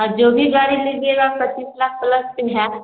हाँ जो भी गाड़ी लीजिएगा पच्चीस लाख प्लस की है